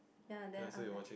ya then after that